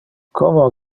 como